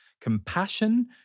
compassion